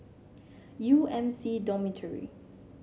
U M C Dormitory